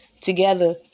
together